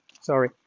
sorry